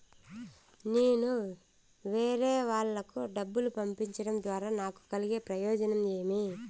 నేను వేరేవాళ్లకు డబ్బులు పంపించడం ద్వారా నాకు కలిగే ప్రయోజనం ఏమి?